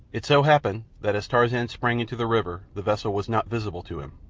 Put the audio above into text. it so happened that as tarzan sprang into the river the vessel was not visible to him,